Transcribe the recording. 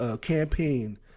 campaign